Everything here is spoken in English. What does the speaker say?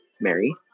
Mary